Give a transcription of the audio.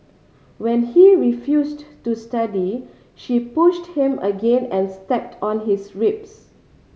when he refused to study she pushed him again and stepped on his ribs